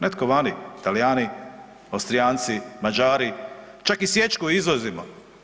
Netko vani, Talijani, Austrijanci, Mađari, čak i sječku izvozimo.